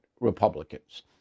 Republicans